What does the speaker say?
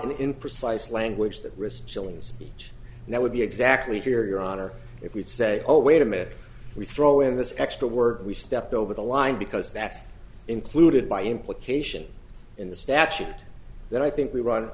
in precise language that risk killing speech and that would be exactly here your honor if we'd say oh wait a minute we throw in this extra word we stepped over the line because that's included by implication in the statute that i think we run